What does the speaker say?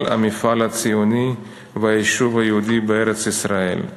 המפעל הציוני והיישוב היהודי בארץ-ישראל".